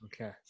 Okay